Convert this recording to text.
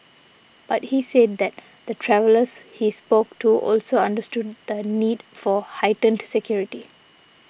but he said that the travellers he spoke to also understood the need for heightened security